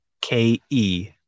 K-E